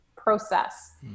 process